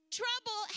trouble